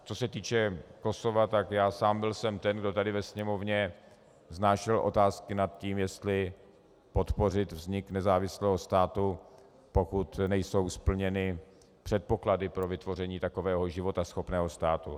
Co se týče Kosova, tak já sám jsem byl ten, kdo tady ve Sněmovně vznášel otázky nad tím, jestli podpořit vznik nezávislého státu, pokud nejsou splněny předpoklady pro vytvoření takového životaschopného státu.